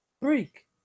Break